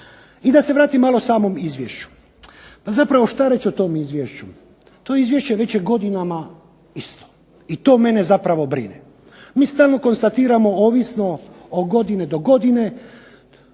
I da se vratim malo samom izvješću. Pa zapravo što reći o tom izvješću? To izvješće već je godinama isto. I to mene zapravo brine. Mi stalno konstatiramo ovisno o godine do godine